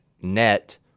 net